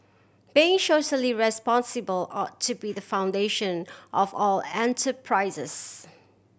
being socially responsible ought to be the foundation of all enterprises